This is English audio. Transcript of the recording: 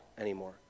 anymore